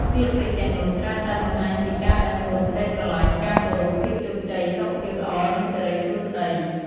ពាក្យពេចន៍ទាំងនោះច្រើនតែបង្ហាញពី ការដឹងគុណ ក្តីស្រឡាញ់ ការគោរព ភាពជោគជ័យ សុខភាពល្អ និងសិរីសួស្តី។